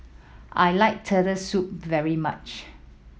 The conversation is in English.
I like Turtle Soup very much